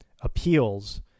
appeals